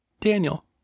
Daniel